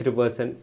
person